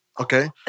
Okay